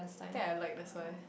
I think I like that's why